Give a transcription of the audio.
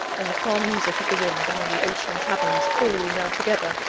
and the far music of the wind among the ocean caverns, fall, now together,